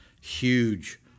huge